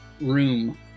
room